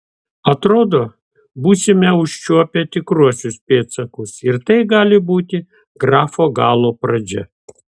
atrodo būsime užčiuopę tikruosius pėdsakus ir tai gali būti grafo galo pradžia